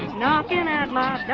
knocking and at my